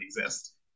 exist